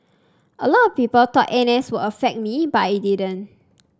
a lot of people thought N S would affect me but it didn't